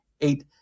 eight